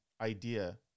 idea